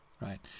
right